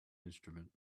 instrument